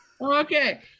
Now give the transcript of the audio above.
Okay